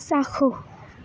চাক্ষুষ